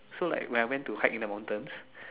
so like when I went to hike in the mountains